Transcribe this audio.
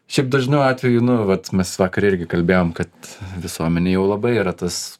šiaip dažnu atveju nu vat mes vakar irgi kalbėjom kad visuomenėj jau labai yra tas